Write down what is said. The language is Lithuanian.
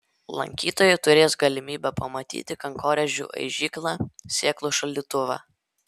lankytojai turės galimybę pamatyti kankorėžių aižyklą sėklų šaldytuvą